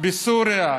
בסוריה.